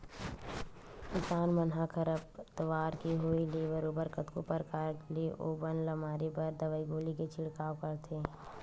किसान मन ह खरपतवार के होय ले बरोबर कतको परकार ले ओ बन ल मारे बर दवई गोली के छिड़काव करथे